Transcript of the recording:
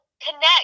Connect